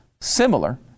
similar